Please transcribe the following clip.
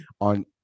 on